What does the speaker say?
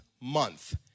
month